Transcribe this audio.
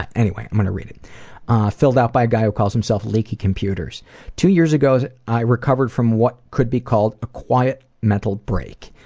anyway i'm going to read it filled out by a guy who calls himself leaky computers two years ago i recovered from what could be called a quiet mental break.